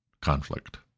conflict